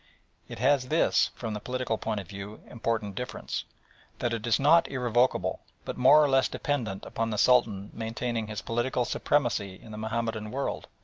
it has this, from the political point of view, important difference that it is not irrevocable, but more or less dependent upon the sultan maintaining his political supremacy in the mahomedan world,